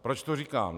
Proč to říkám?